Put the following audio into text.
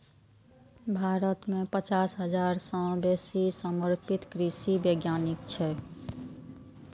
भारत मे पचास हजार सं बेसी समर्पित कृषि वैज्ञानिक छै